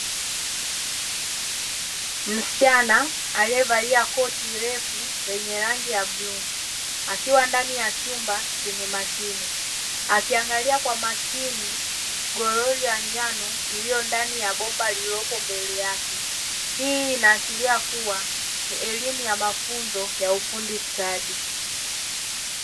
Msichana aliyevaa koti refu lenye rangi ya buluu, akiwa ndani ya chumba chenye mashine. Akiangalia kwa makini golori ya njano iliyopo ndani ya bomba iliyopo mbele yake. Hii inaashiria kuwa, elimu ya mafunzo ya ufundi stadi.